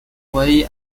away